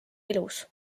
ilus